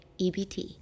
EBT